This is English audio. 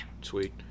Sweet